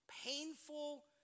painful